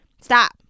Stop